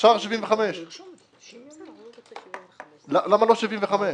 אפשר 75. למה לא 75?